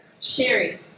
Sherry